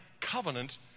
covenant